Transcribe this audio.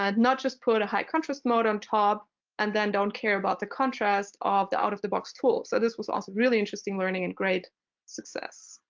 ah not just put a high contrast mode on top and then don't care about the contrast of the out-of-the-box tool. so this was also really interesting learning and great success.